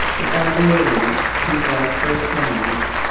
the barbarians, who broke their chains,